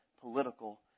political